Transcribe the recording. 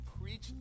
preach